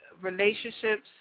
relationships